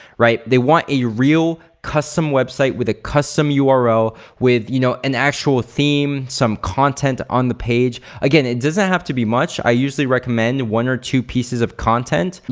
right? they want a real custom website with a custom ah url with you know an actual theme, some content on the page. again, it doesn't have to be much. i usually recommend one or two pieces of content.